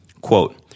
Quote